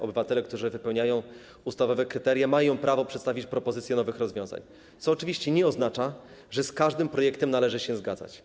Obywatele, którzy wypełniają ustawowe kryteria, mają prawo przedstawiać propozycje nowych rozwiązań, co oczywiście nie oznacza, że z każdym projektem należy się zgadzać.